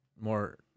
more